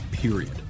period